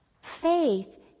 Faith